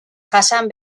jasan